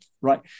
right